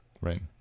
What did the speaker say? Right